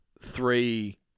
three